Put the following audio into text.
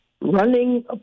running